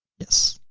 yes.